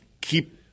keep